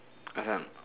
what sound